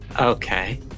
Okay